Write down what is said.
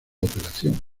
operación